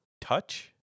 touch